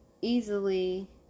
easily